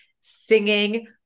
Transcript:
singing